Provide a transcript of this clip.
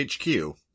hq